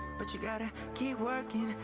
but you gotta keep working,